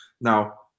Now